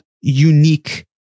unique